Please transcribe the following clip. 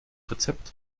rezept